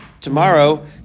tomorrow